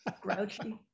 grouchy